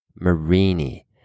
Marini